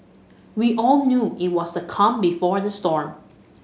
we all knew it was the calm before the storm